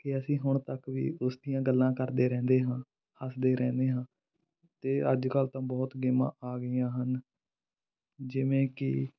ਕਿ ਅਸੀਂ ਹੁਣ ਤੱਕ ਵੀ ਉਸ ਦੀਆਂ ਗੱਲਾਂ ਕਰਦੇ ਰਹਿੰਦੇ ਹਾਂ ਹੱਸਦੇ ਰਹਿੰਦੇ ਹਾਂ ਅਤੇ ਅੱਜ ਕੱਲ੍ਹ ਤਾਂ ਬਹੁਤ ਗੇਮਾਂ ਆ ਗਈਆਂ ਹਨ ਜਿਵੇਂ ਕਿ